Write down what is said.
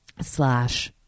slash